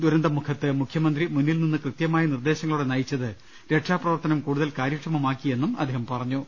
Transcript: ദുരന്തമുഖത്ത് മുഖ്യമന്ത്രി മുന്നിൽ നിന്ന് കൃത്യമായ നിർദ്ദേശങ്ങളോടെ നയിച്ചത് രക്ഷാപ്രവർത്തനം കൂടു തൽ കാര്യക്ഷമമാക്കിയെന്നും അദ്ദേഹം പറഞ്ഞു